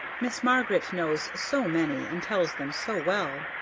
miss margaret knows so many and tells them so well.